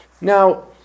Now